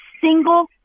single